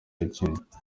yakinnye